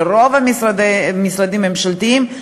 ברוב המשרדים הממשלתיים,